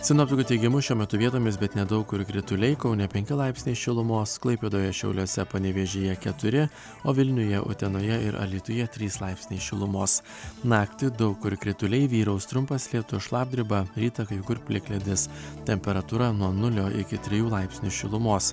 sinoptikų teigimu šiuo metu vietomis bet ne daug kur krituliai kaune penki laipsniai šilumos klaipėdoje šiauliuose panevėžyje keturi o vilniuje utenoje ir alytuje trys laipsniai šilumos naktį daug kur krituliai vyraus trumpas lietus šlapdriba rytą kai kur plikledis temperatūra nuo nulio iki trijų laipsnių šilumos